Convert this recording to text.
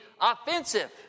offensive